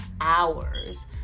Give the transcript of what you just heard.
hours